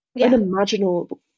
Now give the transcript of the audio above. unimaginable